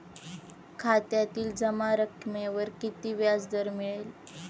खात्यातील जमा रकमेवर किती व्याजदर मिळेल?